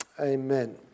Amen